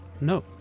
no